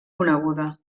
coneguda